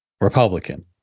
Republican